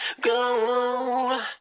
go